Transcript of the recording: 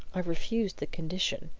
i refused the condition.